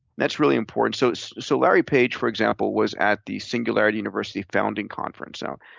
that's really important. so so larry page, for example, was at the singularity university founding conference. now,